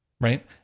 Right